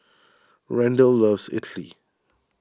Randall loves idly